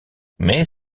mais